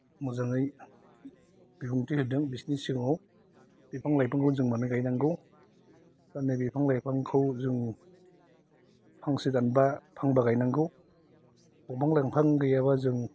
मोजाङै बिबुंथि होदों बिसोरनि सिगाङाव बिफां लाइफांखौ जों मानो गायनांगौ माने बिफां लाइफांखौ जों फांसे दानबा फांबा गायनांगौ बिफां लाइफां गैयाबा जों